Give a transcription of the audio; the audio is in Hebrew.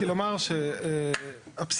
יש בעיה, על הבעיה אנחנו מסכימים שהיא